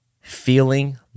feeling